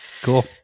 Cool